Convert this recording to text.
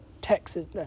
Texas